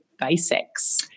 basics